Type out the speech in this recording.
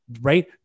right